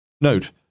note